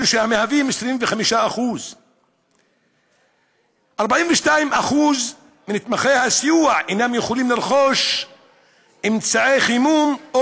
שמהווים 25%. 42% מנתמכי הסיוע אינם יכולים לרכוש אמצעי חימום או